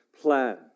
plan